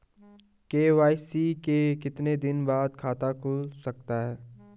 KYC के कितने दिन बाद खाता खुल सकता है?